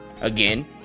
Again